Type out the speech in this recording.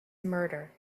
murder